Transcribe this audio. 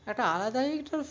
একটা আলাদাই এটার